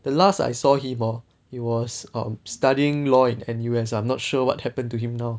the last I saw him hor he was um studying law in N_U_S I'm not sure what happened to him now